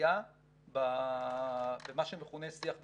עלייה במה שמכונה שיח דה-לגיטימציה.